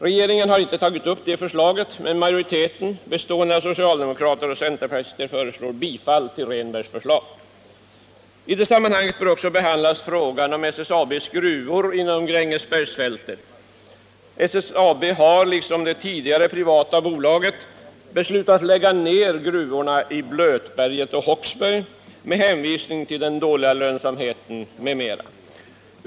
Regeringen har inte tagit upp detta förslag, men majoriteten, bestående av socialdemokrater och centerpartister, föreslår bifall till Rehnbergs förslag. I detta sammanhang bör också behandlas frågan om SSAB:s gruvor inom Grängesbergsfältet. SSAB har liksom det tidigare privata bolaget beslutat lägga ned gruvorna i Blötberget och Håksberg med hänvisning till den dåliga lönsamheten m.m.